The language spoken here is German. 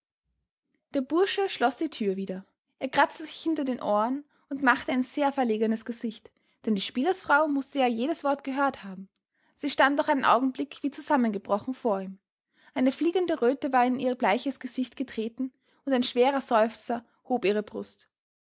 der bursche schloß die thür wieder er kratzte sich hinter den ohren und machte ein sehr verlegenes gesicht denn die spielersfrau mußte ja jedes wort gehört haben sie stand auch einen augenblick wie zusammengebrochen vor ihm eine fliegende röte war in ihr bleiches gesicht getreten und ein schwerer seufzer hob ihre brust